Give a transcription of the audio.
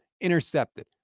intercepted